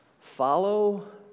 Follow